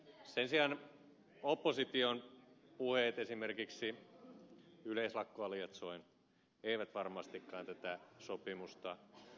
sen sijaan opposition puheet esimerkiksi yleislakkoa lietsoen eivät varmastikaan tätä sopimusta edistäneet